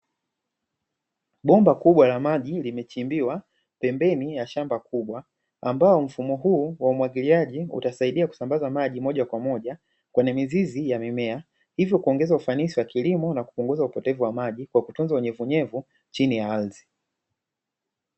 Bomba kubwa la maji limechimbiwa pembezoni mwa shamba kubwa, ambao mfumo huu wa umwagiliaji utasaidia kusambaza maji moja kwa moja kwenye mizizi ya mimea, hivyo kuongeza ufanisi wa kilimo na kupunguza upotevu wa maji kwa kutunza unyevu unyevu chini ya ardhi.